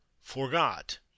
forgot